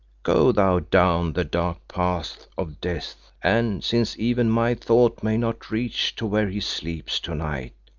go thou down the dark paths of death, and, since even my thought may not reach to where he sleeps tonight,